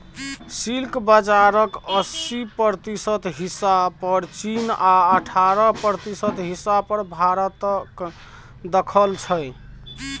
silk बजारक अस्सी प्रतिशत हिस्सा पर चीन आ अठारह प्रतिशत हिस्सा पर भारतक दखल छै